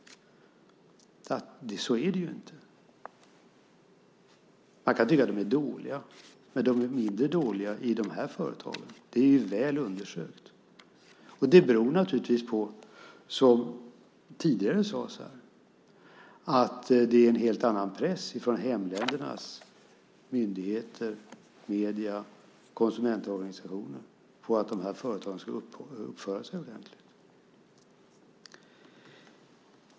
Så är det ju inte. Man kan tycka att det är dåligt, men det är mindre dåligt i de här företagen. Det är väl undersökt. Det beror naturligtvis på, som tidigare sades här, att det är en helt annan press från hemländernas myndigheter, medier och konsumentorganisationer på att de här företagen ska uppföra sig ordentligt.